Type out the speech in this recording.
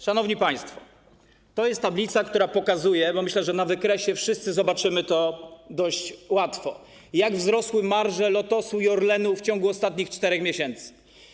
Szanowni państwo, to jest tablica, która pokazuje - myślę, że na wykresie wszyscy zobaczymy to dość łatwo - jak wzrosły marże Lotosu i Orlenu w ciągu ostatnich 4 miesięcy.